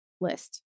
list